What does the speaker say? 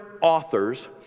authors